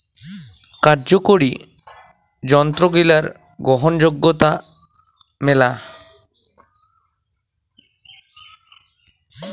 কার্যকরি যন্ত্রগিলার গ্রহণযোগ্যতা মেলা